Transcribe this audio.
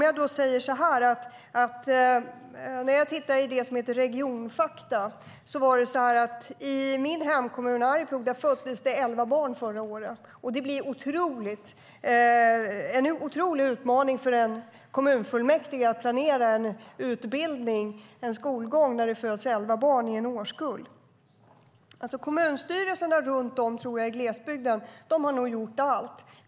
Jag har tittat i Regionfakta som visade att i min hemkommun Arjeplog föddes det elva barn förra året. Det blir en otrolig utmaning för ett kommunfullmäktige att planera en utbildning, en skolgång, när en årskull består av elva barn. Jag tror nog att kommunstyrelserna runt om i glesbygden har gjort allt.